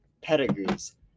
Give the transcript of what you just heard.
pedigrees